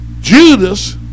Judas